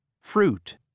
fruit